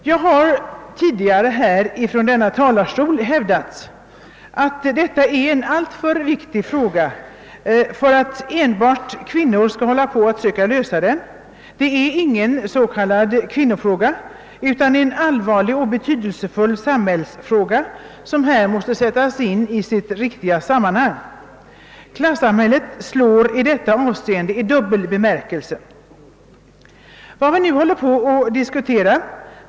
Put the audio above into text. Jag har tidigare från denna talarstol hävdat att jämlikheten är en alltför viktig fråga för att enbart kvinnor skall syssla med att söka lösa den. Det är ingen s.k. kvinnofråga utan en allvarlig och betydelsefull samhällsfråga som måste sättas in i sitt riktiga sammanhang. Klassamhället slår i detta avseende i dubbel bemärkelse.